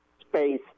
space